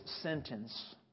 sentence